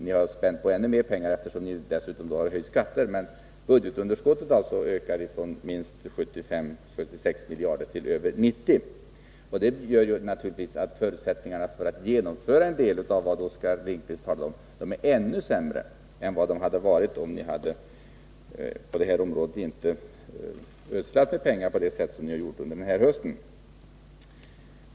Ni har spätt på med ytterligare mer pengar, eftersom ni dessutom har höjt skatter, men budgetunderskottet ökar alltså från minst 75-76 miljarder kronor till över 90 miljarder kronor. Detta gör naturligtvis att förutsättningarna för att genomföra en del av det som Oskar Lindkvist talade om är ännu sämre än vad de hade varit om ni inte hade ödslat med pengar på detta område på det sätt som ni har gjort under hösten.